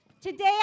Today